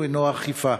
הוא האכיפה,